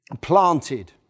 planted